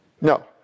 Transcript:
No